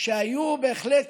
שהיו בהחלט